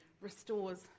restores